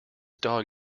dog